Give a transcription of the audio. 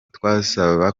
twasaba